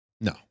No